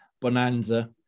Bonanza